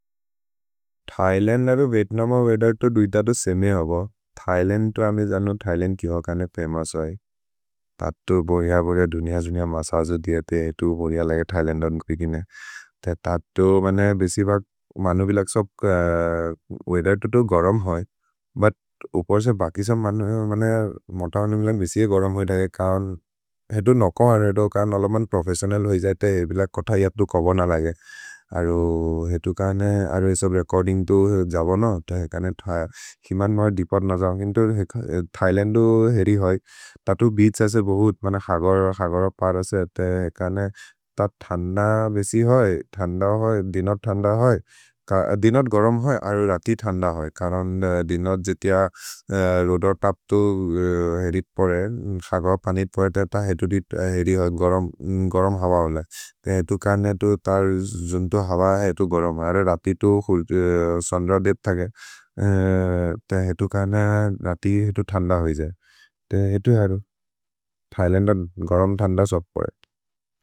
थैलन्द् अरो विएत्नम् अ वेअथेर् तो दुइत तो सेमे होबो। थैलन्द् तो अमे जनु थैलन्द् किहोकने फमोउस् होइ। तत्तो बोरेअ बोरेअ दुनिय-दुनिय मसजो दियते, एतु बोरेअ लगे थैलन्द् ओन् क्रिकिने। ते तत्तो मने बेसि बक् मनु विलग् सब् वेअथेर् तो तो गरम् होइ। भुत् उपर्से बकि सब् मनु विलग्, मने मोत हनु विलग् बेसिये गरम् होइ। दके कौन् हेतु नोकोहन्, हेतु कौन् अलमन् प्रोफेस्सिओनल् होइ जैते हेर् विलग् कथ हि अतु कबो न लगे। अरु हेतु कौने, अरु हेसो रेचोर्दिन्ग् तो जबो न। हिमन् महे दिपद् न जबो, केन्तो थैलन्दु हेरि होइ। तत्तो बेअछ् असे बोहुत्, मने खगर खगर परसे। ते एकने, त थन्द बेसि होइ। थन्द होइ, दिनर् थन्द होइ। दिनर् गरम् होइ, अरु रति थन्द होइ। करन् दिनर् जितिअ रोतोर् तप् तो हेरित् परे। खगर पनित् परे, त हेतु दित् हेरि होइ गरम् हव ओले। ते हेतु कौने, एतु तर् जुन्तो हव एतु गरम्। अरु रति तो सुन्दर् देत् थगे। ते हेतु कौने, रति हेतु थन्द होइ जैते। ते हेतु अरु। थैलन्दु गरम् थन्द सब् परे।